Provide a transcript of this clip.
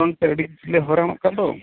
ᱢᱟᱲᱟᱝ ᱛᱮ ᱟᱹᱰᱤ ᱠᱤᱪᱷᱩ ᱞᱮ ᱦᱚᱭᱨᱟᱱᱚᱜ ᱠᱟᱱ ᱫᱚ